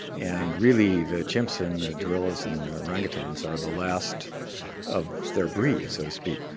and really the chimps and the gorillas and the orang utans are the last of their breed, so to speak.